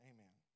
Amen